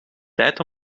tijd